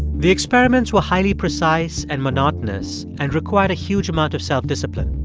the experiments were highly precise and monotonous and required a huge amount of self-discipline.